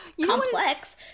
complex